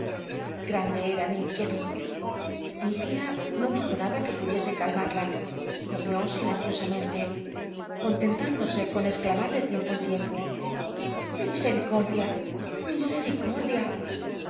grande era mi inquielud i tia no dijo nada que pudiese calmarla comió silenciosamcnlc cont cntúndose con exclamar de tiempo en tiempo misericordia misericordia